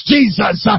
Jesus